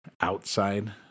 outside